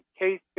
case